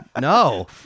No